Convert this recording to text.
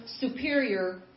superior